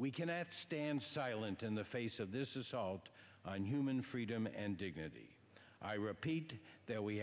we cannot stand silent in the face of this is solved human freedom and dignity i repeat that we